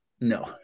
No